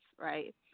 right